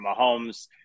Mahomes